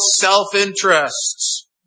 self-interests